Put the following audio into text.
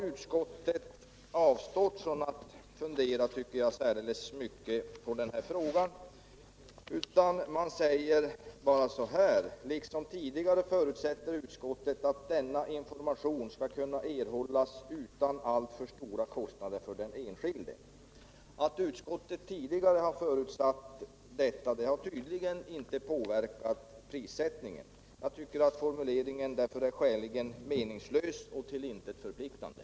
Utskottet har, tycker jag, avstått från att fundera särdeles mycket på denna fråga och säger bara: ”-—-—- liksom tidigare förutsätter utskottet vidare att denna information skall kunna erhållas utan alltför stora kostnader för den enskilde.” Att utskottet tidigare har förutsatt detta har tydligen inte påverkat prissättningen. Jag tycker därför att formuleringen är skäligen meningslös och till intet förpliktande.